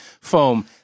foam